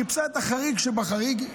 חיפשה את החריג שבחריג,